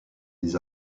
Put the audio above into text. des